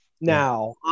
now